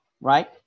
right